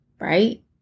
right